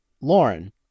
Lauren